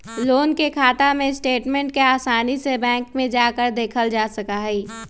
loan के खाता के स्टेटमेन्ट के आसानी से बैंक में जाकर देखल जा सका हई